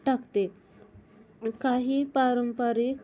टाकते काही पारंपरिक